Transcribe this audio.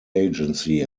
agency